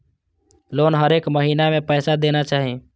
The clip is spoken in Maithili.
लोन हरेक महीना में पैसा देना चाहि?